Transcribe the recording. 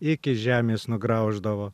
iki žemės nugrauždavo